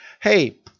Hey